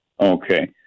Okay